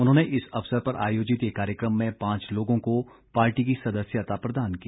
उन्होंने इस अवसर पर आयोजित एक कार्यक्रम में पांच लोगों को पार्टी की सदस्यता प्रदान की